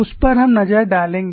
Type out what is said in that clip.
उस पर हम नजर डालेंगे